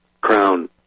crown